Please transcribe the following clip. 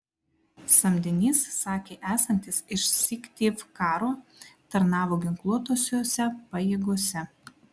samdinys sakė esantis iš syktyvkaro tarnavo ginkluotosiose pajėgose